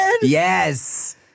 Yes